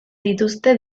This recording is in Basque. dituzte